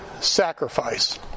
sacrifice